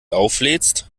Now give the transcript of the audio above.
auflädst